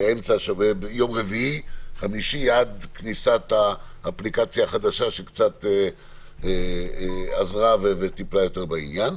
מדובר בתקופה שעד כניסה האפליקציה החדשה שקצת עזרה וטיפלה בעניין.